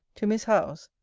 to miss howe's.